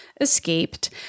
escaped